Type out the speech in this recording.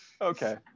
Okay